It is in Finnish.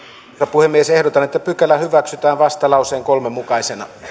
puhemies ehdotan että pykälä hyväksytään vastalauseen kolmena mukaisena